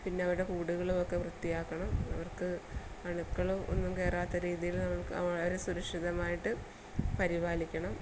പിന്നെ അവരുടെ കൂടുകളുമൊക്കെ വൃത്തിയാക്കണം അവർക്ക് അണുക്കൾ ഒന്നും കയറാത്ത രീതിയിൽ നമ്മൾക്ക് അവ അവരെ സുരക്ഷിതമായിട്ട് പരിപാലിക്കണം